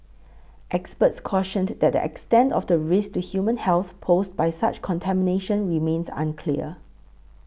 experts cautioned that the extent of the risk to human health posed by such contamination remains unclear